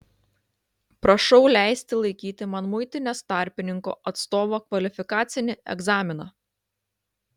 prašau leisti laikyti man muitinės tarpininko atstovo kvalifikacinį egzaminą